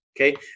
okay